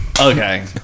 Okay